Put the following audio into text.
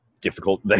difficult